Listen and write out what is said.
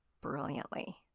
brilliantly